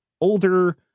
older